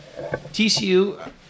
TCU